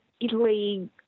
Italy